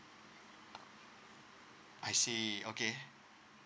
I see okay